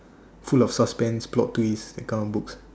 full of suspense plot twist that kinda books